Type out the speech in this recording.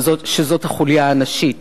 שזאת החוליה הנשית.